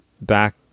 back